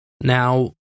Now